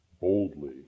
boldly